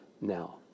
now